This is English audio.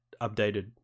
updated